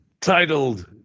titled